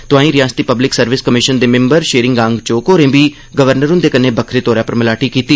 तोआई रिआसती public service commission दे मैम्बर शेरिंग आंगचोक होरें बी गवर्नर हुंदे कन्नै बक्खरे तौरा पर मलाटी कीती